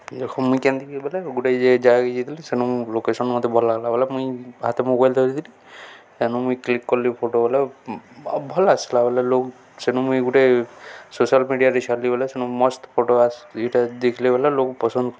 ଦେଖ ମୁଇଁ କେନ୍ତିକି ବଏଲେ ଗୁଟେ ଜାଗାକେ ଯାଇଥିଲି ସେନୁଁ ଲୋକେସନ୍ ମତେ ଭଲ୍ ଲାଗ୍ଲା ବଏଲେ ମୁଇଁ ହାତେ ମୋବାଇଲ୍ ଧରିଥିଲି ସେନୁ ମୁଇଁ କ୍ଲିକ୍ କଲି ଫଟୋ ବଏଲେ ଭଲ୍ ଆସ୍ଲା ବଏଲେ ଲୋକ୍ ସେନୁ ମୁଇଁ ଗୁଟେ ସୋସିଆଲ୍ ମିଡ଼ିଆରେ ଛାଡ଼୍ଲି ବଲେ ସେନୁ ମସ୍ତ୍ ଫଟୋ ଆସ୍ ଇଟା ଦେଖିଲେ ବେଲେ ପସନ୍ଦ୍